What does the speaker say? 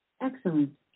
Excellent